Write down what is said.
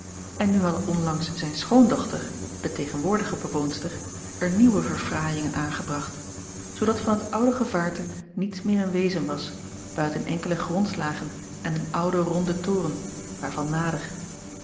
en nu had onlangs zijn schoondochter de tegenwoordige bewoonster er nieuwe verfraaiingen aangebracht zoodat van het oude gevaarte niets meer in wezen was buiten enkele grondslagen en een oude ronde toren waarvan nader